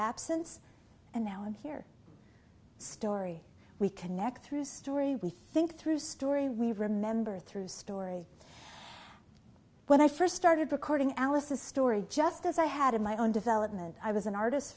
absence and now i'm here story we connect through story we think through story we remember through story when i first started recording alice's story just as i had my own development i was an artist